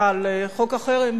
סליחה, ביום ההצבעה על חוק החרם.